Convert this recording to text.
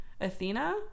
Athena